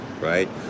right